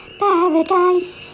paradise